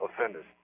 offenders